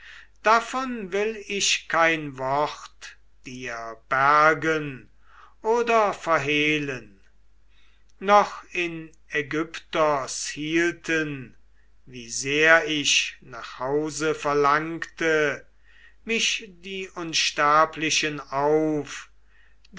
davon will ich kein wort dir bergen oder verhehlen noch in aigyptos hielten wie sehr ich nach hause verlangte mich die unsterblichen auf